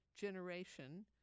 generation